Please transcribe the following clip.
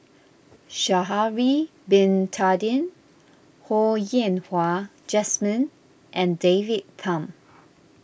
Sha'ari Bin Tadin Ho Yen Wah Jesmine and David Tham